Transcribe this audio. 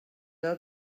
del